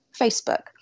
Facebook